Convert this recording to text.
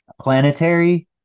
Planetary